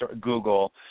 Google